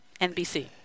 NBC